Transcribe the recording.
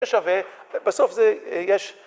זה שווה, בסוף זה יש...